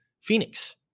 Phoenix